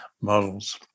models